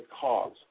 cause